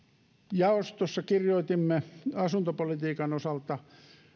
jaostossa kirjoitimme asuntopolitiikan osalta